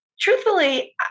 Truthfully